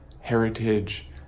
heritage